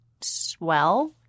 swell